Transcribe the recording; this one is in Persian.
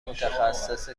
متخصص